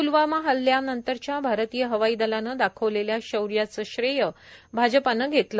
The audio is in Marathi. प्लवामा हल्ल्यानंतरच्या भारतीय हवाई दलान दाखवलेल्या शौर्याच श्रेय भाजपान घेतलं